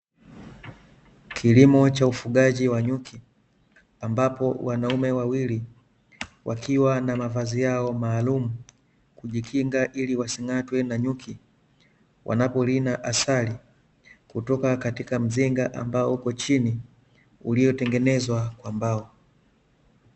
Kilimo cha ufugaji wa nyuki ambapo wanaume wawili wakiwa na mavazi yao maalum kujikinga ili wasing'atwe na nyuki wanaporina asali kutoka katika mzinga ambao upo chini uliotengenezwa kwa mbao.